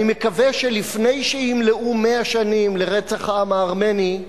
אני מקווה שלפני שימלאו 100 שנים לרצח העם הארמני,